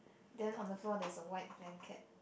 then on the floor there's a white blanket